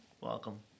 Welcome